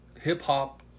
hip-hop